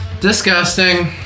Disgusting